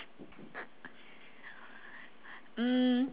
mm